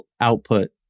output